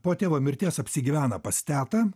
po tėvo mirties apsigyvena pas tetą